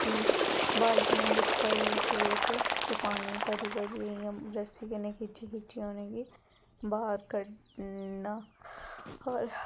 कि बाल्टियां बिच पाइये कुएं च ते पानी भरी भरियै इ'यां रस्सी कन्नै खिच्ची खिच्चियै उ'नें गी बाह्र कड्ढना होर